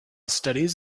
studies